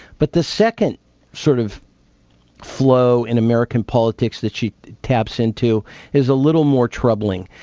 but the second sort of flow in american politics that she taps into is a little more troubling,